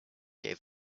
gave